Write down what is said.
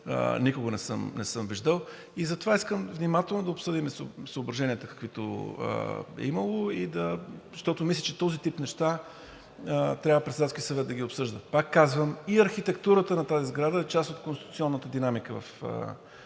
никога не съм виждал. Затова искам внимателно да обсъдим съображенията, каквито е имало, защото мисля, че този тип неща трябва Председателски съвет да ги обсъжда. Пак казвам, и архитектурата на тази сграда е част от конституционната динамика в страната